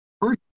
First